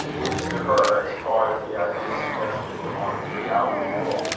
and which to her, as far as the ideas suggested belonged to the outward world,